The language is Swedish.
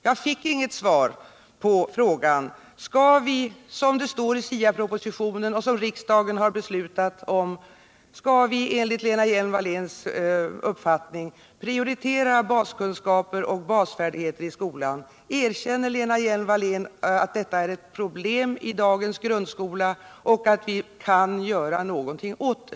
Jag fick inget svar på frågan: Skall vi, som det står i SIA propositionen och som riksdagen har beslutat, enligt Lena Hjelm-Walléns uppfattning prioritera baskunskaper och basfärdigheter i skolan? Erkänner Lena Hjelm-Wallén att detta är ett problem i dagens grundskola och att vi kan göra något åt det?